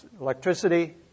electricity